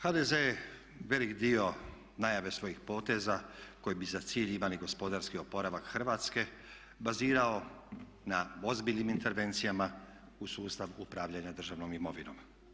HDZ je velik dio najave svojih poteza koji bi za cilj imali gospodarski oporavak Hrvatske bazirao na ozbiljnim intervencijama u sustav upravljanja državnom imovinom.